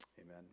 amen